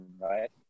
right